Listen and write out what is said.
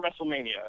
WrestleMania